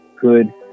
good